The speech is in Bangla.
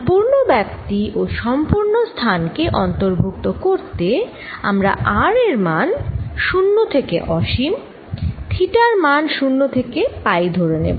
সম্পূর্ণ ব্যাপ্তি ও সম্পূর্ণ স্থান কে অন্তর্ভুক্ত করতে আমরা r এর মান 0 থেকে অসীম থিটার মান 0 থেকে পাই ধরে নেব